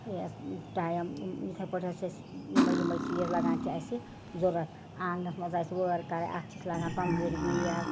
یہِ ٹایَم یِتھَے پٲٹھۍ حظ چھِ اَسہِ یِمَے یِمَے چیٖز لَگان چھِ اَسہِ ضوٚرَتھ آنٛگنَس منٛز آسہِ وٲر کَرٕنۍ اَتھ تہِ چھِ لَگان ٹۄنٛگٕرۍ بیل